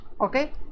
okay